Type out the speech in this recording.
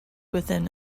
within